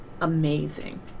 amazing